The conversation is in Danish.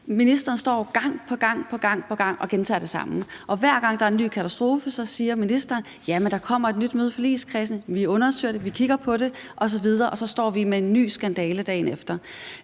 ministeren står gang på gang og gentager det samme, og hver gang der er en ny katastrofe, siger ministeren: Jamen der kommer et nyt møde i forligskredsen, vi undersøger det, vi kigger på det osv. Og så står vi med en ny skandale dagen efter.